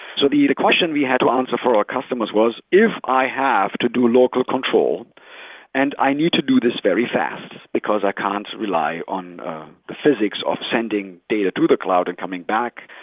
so the the question we had to answer for our customers was, if i have to do local control and i need to do this very fast, because i can't rely on the physics of sending data to the cloud and coming back,